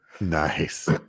nice